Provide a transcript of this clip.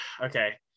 okay